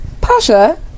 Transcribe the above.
Pasha